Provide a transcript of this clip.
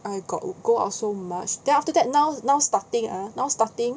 I got go out so much then after that now now starting ah now starting